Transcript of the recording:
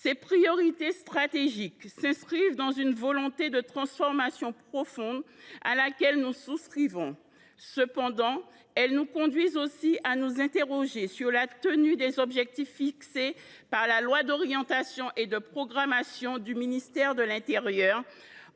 Ces priorités stratégiques témoignent d’une volonté de transformation profonde à laquelle nous souscrivons. Elles nous conduisent aussi à nous interroger quant au respect des objectifs fixés par la loi d’orientation et de programmation du ministère de l’intérieur.